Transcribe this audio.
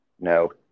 no